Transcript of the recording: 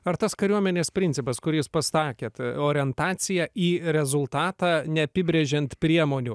ar tas kariuomenės principas kurį jūs pasakėt orientacija į rezultatą neapibrėžiant priemonių